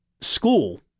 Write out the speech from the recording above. school